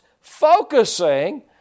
focusing